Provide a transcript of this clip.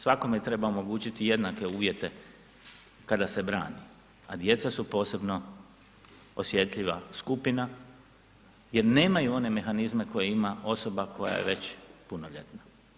Svakome treba omogućiti jednake uvjete kada se brani, a djeca su posebno osjetljiva skupina jer nemaju one mehanizme koje ima osoba koja je već punoljetna.